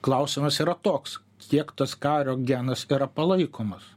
klausimas yra toks kiek tas kario genas yra palaikomas